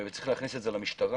צריכים להכניס את זה למשטרה.